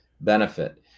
benefit